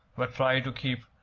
but try to keep,